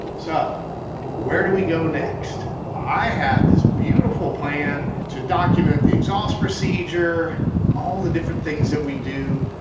so where do we go next? well, i had this beautiful plan to document the exhaust procedure and all the different things that we do.